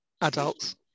adults